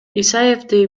исаевди